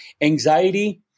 anxiety